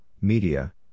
media